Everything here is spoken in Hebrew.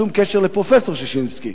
שום קשר לפרופסור ששינסקי.